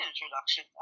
introduction